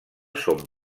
són